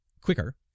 quicker